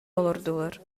олордулар